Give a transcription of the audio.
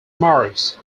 marks